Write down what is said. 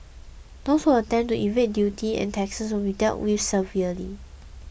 those who attempt to evade duty and taxes will be dealt with severely